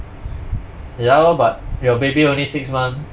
ya lor but your baby only six month